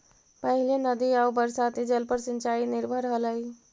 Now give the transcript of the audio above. पहिले नदी आउ बरसाती जल पर सिंचाई निर्भर हलई